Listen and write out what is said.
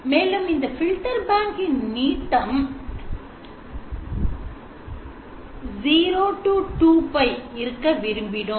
மேலும் இந்த filter bank இன் நீட்டம் 0 2 π இருக்க விரும்பினோம்